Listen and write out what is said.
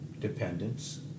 dependence